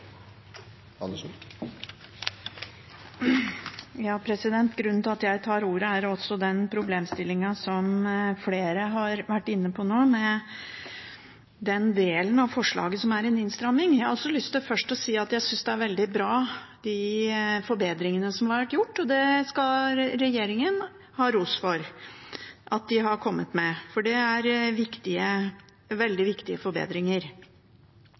flere har vært inne på nå, med den delen av forslaget som er en innstramming. Jeg har lyst til først å si at jeg synes de er veldig bra, de forbedringene som har vært gjort. Det skal regjeringen ha ros for at de har kommet med, for det er veldig viktige forbedringer.